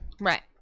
Right